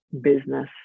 business